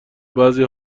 بعضی